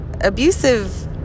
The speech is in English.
abusive